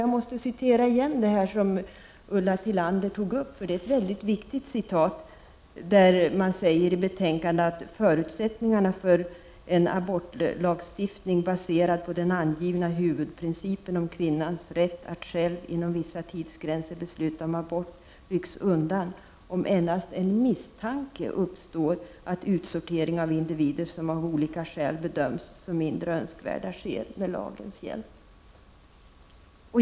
Jag vill upprepa det som Ulla Tillander nämnde, eftersom det är ett mycket viktigt avsnitt i betänkandet. Där står att ”förutsättningarna för en abortlagstiftning baserad på den angivna huvudprincipen om kvinnans rätt att själv inom vissa tidsgränser besluta om abort rycks undan, om endast en misstanke uppstår att utsortering av individer, som av olika skäl bedöms som mindre önskvärda, sker med lagens hjälp”.